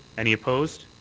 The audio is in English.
any opposed?